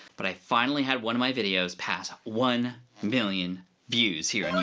but i finally had one of my videos pass one million views here and